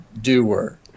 doer